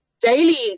daily